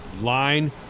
line